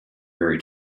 very